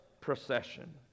procession